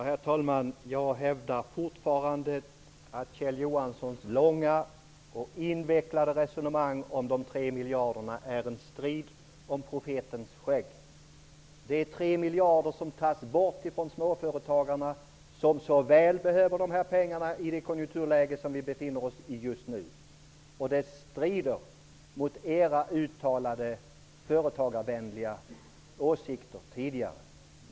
Herr talman! Jag hävdar fortfarande att Kjell Johanssons långa och invecklade resonemang om de 3 miljarderna är en strid om profetens skägg. Det är 3 miljarder som tas bort från småföretagarna, vilka så väl behöver dessa pengar i det konjunkturläge som vi just nu befinner oss i. Det strider mot era tidigare uttalade företagarvänliga åsikter.